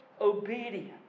obedience